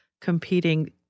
competing